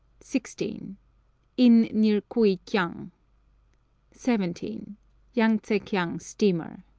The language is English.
sixteen inn near kui-kiang seventeen yangtsi-kiang steamer